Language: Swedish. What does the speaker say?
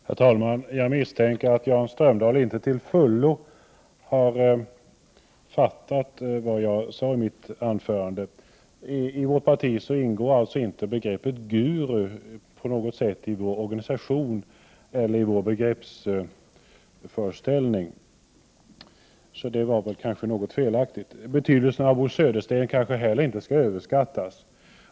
Herr talman! Jag misstänker att Jan Strömdahl inte till fullo har fattat vad jag sade i mitt anförande. Begreppet guru ingår inte i föreställningsvärlden inom moderata samlingspartiet, än mindre i vår organisation. Bo Söderstens betydelse kanske inte heller skall överskattas.